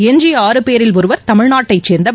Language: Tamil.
எஞ்சிய ஆறு பேரில் ஒருவர் தமிழ்நாட்டை சேர்ந்தவர்